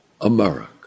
America